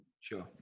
sure